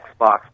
Xbox